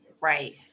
right